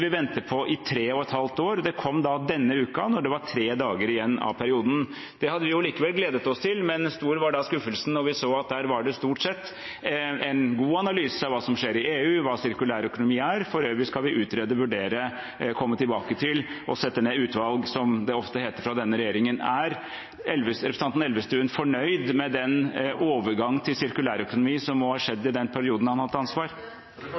vente på i tre et halvt år. Den kom denne uken, da det var tre dager igjen av perioden. Vi hadde likevel gledet oss til det, men stor var skuffelsen da vi så at det stort sett bare var en god analyse av hva som skjer i EU, og hva sirkulærøkonomi er, men at man for øvrig skal utrede, vurdere, komme tilbake til og sette ned utvalg, som det ofte heter fra denne regjeringen. Er representanten Elvestuen fornøyd med den overgangen til sirkulærøkonomi som må ha skjedd i den perioden han har hatt ansvar?